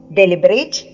deliberate